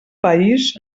país